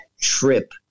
trip